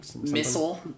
Missile